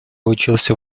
учился